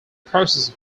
processes